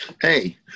Hey